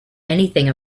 anything